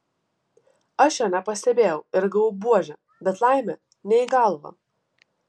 aš jo nepastebėjau ir gavau buože bet laimė ne į galvą